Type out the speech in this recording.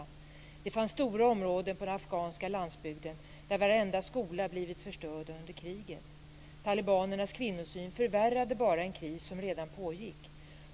I stora områden på den afghanska landsbygden blev varenda skola förstörd under kriget. Talibanernas kvinnosyn förvärrade bara en kris som redan pågick.